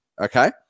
Okay